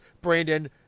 Brandon